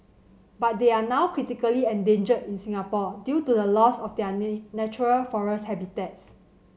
but they are now critically endangered in Singapore due to the loss of their natural forest habitats